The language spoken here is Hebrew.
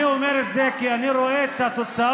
אני אומר את זה כי אני רואה את התוצאות.